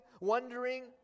wondering